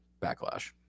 backlash